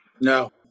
no